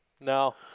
No